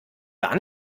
gar